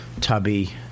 tubby